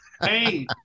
Hey